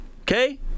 Okay